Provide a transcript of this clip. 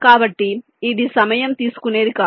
కాబట్టి ఇది సమయం తీసుకునేది కాదు